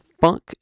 fuck